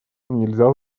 нельзя